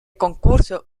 concurso